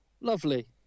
lovely